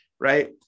right